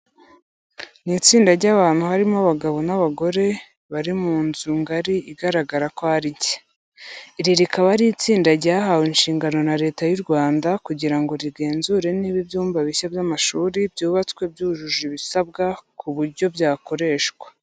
Ni itsinda ry'abantu harimo abagabo n'abagore, bari mu nzu ngari igaragara ko ari nshya. Iri rikaba ari itsinda ryahawe inshingano na Leta y'u Rwanda kugira ngo rigenzure niba ibyumba bishya by'amashuri byubatswe byujuje ibisabwa ku buryo byakoreshwa.